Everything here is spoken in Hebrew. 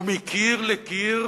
ומקיר לקיר